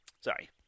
Sorry